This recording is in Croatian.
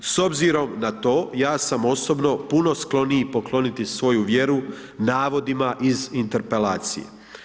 S obzirom na to, ja sam osobno puno skloniji pokloniti svoju vjeru navodima iz interpelacije.